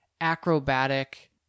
acrobatic